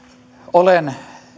olen